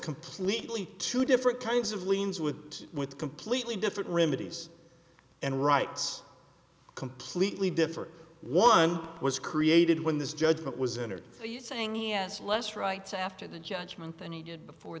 completely two different kinds of liens with with completely different remedies and rights completely different one was created when this judgment was entered saying yes less rights after the judgment than he did before